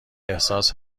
احساس